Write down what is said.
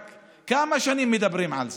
כמה שנים מדברים על זה?